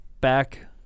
back